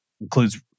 includes